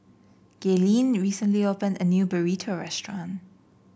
Gaylene recently opened a new Burrito Restaurant